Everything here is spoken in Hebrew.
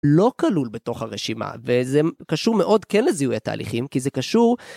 לא כלול בתוך הרשימה, וזה קשור מאוד כן לזיהוי התהליכים, כי זה קשור...